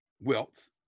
welts